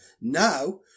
Now